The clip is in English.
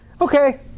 okay